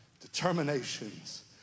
determinations